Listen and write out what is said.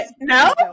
no